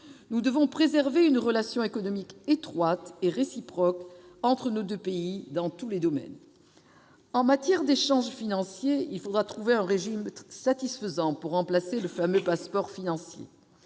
Nous devons préserver une relation économique étroite et réciproque entre nos deux pays, dans tous les domaines. Pour ce qui concerne les échanges financiers, il faudra trouver un régime satisfaisant pour remplacer le fameux passeport financier.